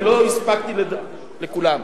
ולא הספקתי לכולם,